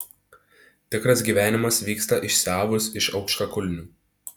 tikras gyvenimas vyksta išsiavus iš aukštakulnių